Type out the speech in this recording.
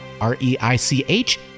R-E-I-C-H